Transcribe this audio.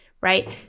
right